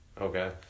Okay